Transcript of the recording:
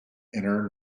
inner